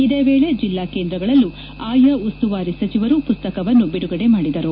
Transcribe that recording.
ಇದೇ ವೇಳೆ ಜಿಲ್ಲಾ ಕೇಂದ್ರಗಳಲ್ಲೂ ಆಯಾ ಉಸ್ತುವಾರಿ ಸಚಿವರು ಈ ಮಸ್ತಕವನ್ನು ಬಿಡುಗಡೆ ಮಾಡಿದರು